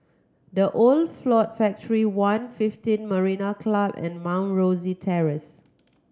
The Old Ford Factory One fiften Marina Club and Mount Rosie Terrace